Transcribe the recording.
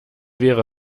wäre